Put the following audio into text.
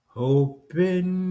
hoping